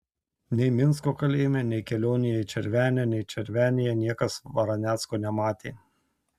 nei minsko kalėjime nei kelionėje į červenę nei červenėje niekas varanecko nematė